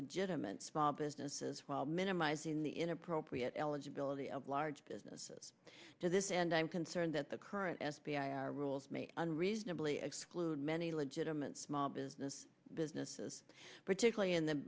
and small businesses while minimizing the inappropriate eligibility of large businesses to this and i'm concerned that the current f b i our rules may unreasonably exclude many legitimate small business businesses particularly in the